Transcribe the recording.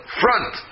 front